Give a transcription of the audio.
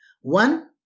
One